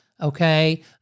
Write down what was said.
Okay